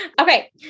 okay